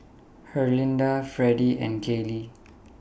Herlinda Freddie and Caylee